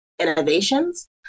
innovations